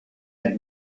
had